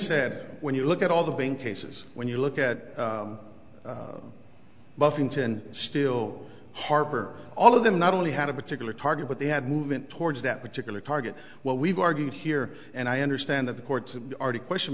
said when you look at all the pain cases when you look at buffington still harbor all of them not only had a particular target but they had movement towards that particular target what we've argued here and i understand that the courts are to question